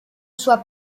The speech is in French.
soient